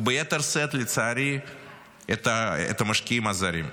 וביתר שאת לצערי, את המשקיעים הזרים.